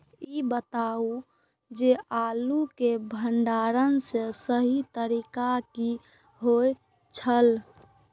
ई बताऊ जे आलू के भंडारण के सही तरीका की होय छल?